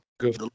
Good